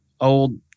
old